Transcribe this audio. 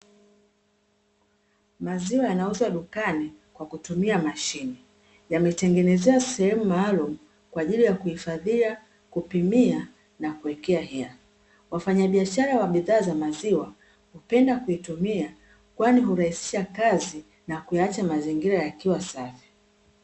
Maziwa yanauzwa dukani kwa kutumia mashine, yametengenezewa sehemu maalumu kwa ajili ya kuhifadhia, kupimia na kuwekea hela. Wafanyabiashara wa bidhaa za maziwa hupenda kuitumia kwani hurahisisha kazi na kuyaacha mazingira yakiwa safi.